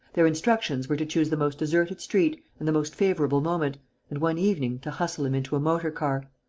their instructions were to choose the most deserted street and the most favourable moment and, one evening, to hustle him into a motor-car.